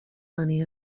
money